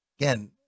Again